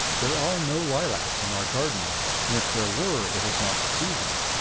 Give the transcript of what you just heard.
there are no lilacs in our garden, and if there were it is not the season.